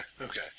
okay